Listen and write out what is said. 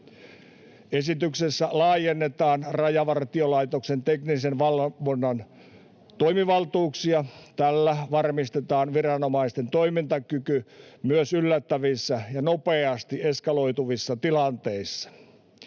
Esityksessä laajennetaan Rajavartiolaitoksen teknisen valvonnan toimivaltuuksia. Tällä varmistetaan viranomaisten toimintakyky myös yllättävissä ja nopeasti eskaloituvissa tilanteissa.